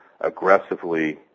aggressively